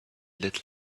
let